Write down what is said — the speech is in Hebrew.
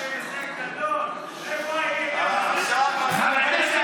חבר הכנסת